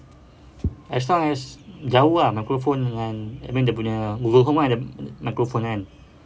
as long as jauh ah microphone dengan I mean dia punya google home kan ada microphone kan